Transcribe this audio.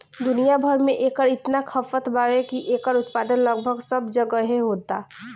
दुनिया भर में एकर इतना खपत बावे की एकर उत्पादन लगभग सब जगहे होता